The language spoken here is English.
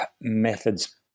methods